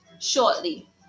shortly